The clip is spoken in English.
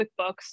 QuickBooks